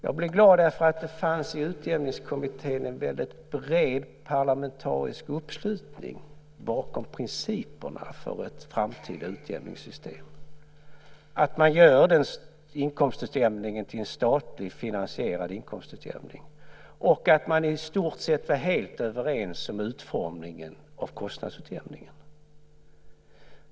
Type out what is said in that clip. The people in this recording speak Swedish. Jag blev glad därför att det i Utjämningskommittén fanns en väldigt bred parlamentarisk uppslutning bakom principerna för ett framtida utjämningssystem. Man gör inkomstutjämningen till en statligt finansierad inkomstutjämning, och man är i stort sett helt överens om utformningen av kostnadsutjämningen.